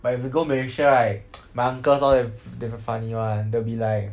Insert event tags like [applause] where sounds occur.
but if you go malaysia right [noise] my uncles all of them they very funny one they'll be like